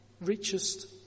richest